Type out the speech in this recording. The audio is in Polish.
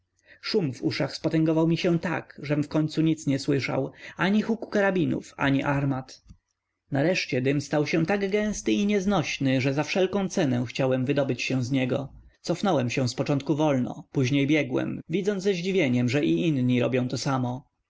szum w uszach spotęgował mi się tak żem wkońcu nic nie słyszał ani huku karabinów ani armat nareszcie dym stał się tak gęsty i nieznośny że za wszelką cenę chciałem wydobyć się z niego cofnąłem się z początku wolno później biegiem widząc ze zdziwieniem że i inni robią to samo